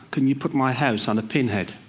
can you put my house on a pinhead?